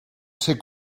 ser